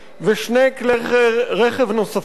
ושני כלי רכב נוספים,